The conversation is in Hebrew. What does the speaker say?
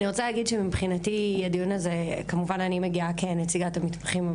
אני רוצה להגיד שמבחינתי הדיון הזה כמובן אני מגיעה כנציגת המתמחים,